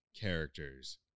characters